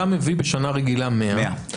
אתה מביא בשנה רגילה 100,